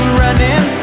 running